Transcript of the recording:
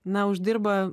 na uždirba